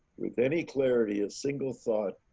with any clarity, a single thought